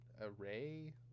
array